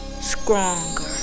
stronger